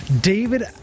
David